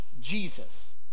Jesus